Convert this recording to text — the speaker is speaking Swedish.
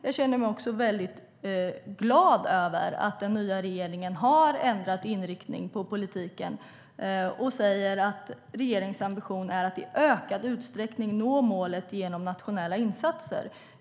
Jag känner mig också väldigt glad över att den nya regeringen har ändrat inriktning på politiken. Man säger att regeringens ambition är att i ökad utsträckning nå målet genom nationella insatser.